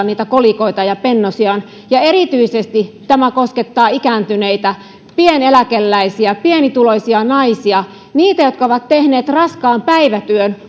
niitä kolikoita ja pennosiaan ja erityisesti tämä koskettaa ikääntyneitä pieneläkeläisiä pienituloisia naisia niitä jotka ovat tehneet raskaan päivätyön